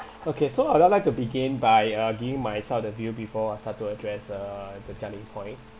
okay so I'd like to begin by uh giving myself the view before I start to address uh the jia-ling's point